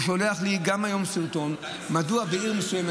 והוא שולח לי גם היום סרטון מדוע בעיר מסוימת,